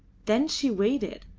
then she waited.